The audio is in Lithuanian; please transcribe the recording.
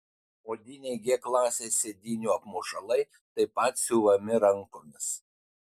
odiniai g klasės sėdynių apmušalai taip pat siuvami rankomis